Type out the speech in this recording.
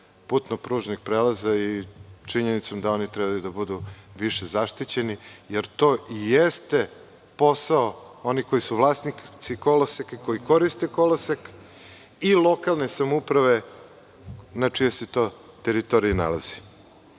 putno-pružnih prelaza i činjenicom da oni trebaju da budu više zaštićeni, jer to i jeste posao onih koji su vlasnici koloseka, koji koriste kolosek, i lokalne samouprave na čijoj se to teritoriji